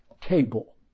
table